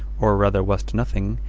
or rather wast nothing,